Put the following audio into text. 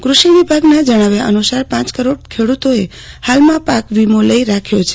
કૃષિ વિભાગનાં જણાવ્યા અનુ સાર પાંચ કરોડ ખેડૂતોએ હાલમાં પાક વીમો લઇ રાખ્યો છે